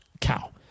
cow